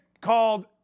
called